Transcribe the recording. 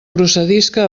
procedisca